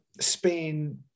Spain